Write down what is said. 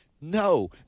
No